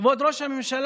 כבוד ראש הממשלה,